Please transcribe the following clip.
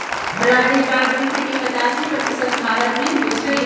रहरी दाल विश्व के पचासी प्रतिशत भारतमें होइ छइ